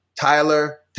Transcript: Tyler